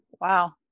Wow